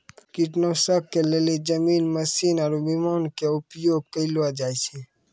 कीटनाशक के लेली जमीनी मशीन आरु विमान के उपयोग कयलो जाय छै